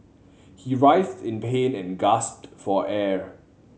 he writhed in pain and gasped for air